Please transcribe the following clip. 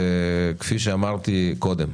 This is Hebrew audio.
כפי שאמרתי קודם,